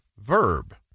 verb